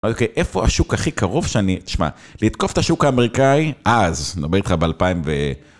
אוקיי, איפה השוק הכי קרוב שאני... תשמע, לתקוף את השוק האמריקאי, אז, אני אומר לך, ב-2000 ו...